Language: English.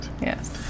yes